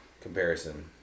comparison